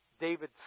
David